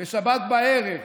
בשבת בערב,